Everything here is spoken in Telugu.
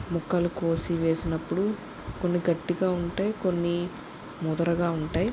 ముక్కలు కోసి వేసినప్పుడు కొన్ని గట్టిగా ఉంటాయి కొన్ని ముదరగా ఉంటాయి